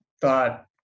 thought